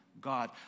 God